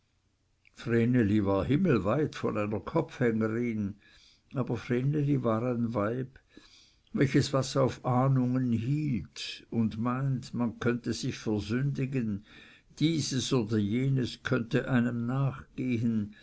vreneli war himmelweit von einer kopfhängerin aber vreneli war ein weib welches was auf ahnungen hielt und meinte man könnte sich versündigen dieses oder jenes könnte einem nachgehen